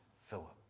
Philip